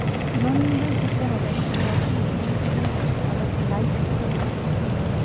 কিমান দূৰ যোগ্য নাজানো কিন্তু ৰাতি শুনা মতে যে অলপ লাইট খাব লাগে মানে অলপ